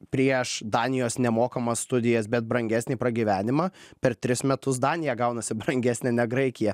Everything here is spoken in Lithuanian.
prieš danijos nemokamas studijas bet brangesnį pragyvenimą per tris metus danija gaunasi brangesnė ne graikija